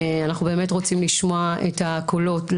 אנחנו באמת רוצים לשמוע את הקולות.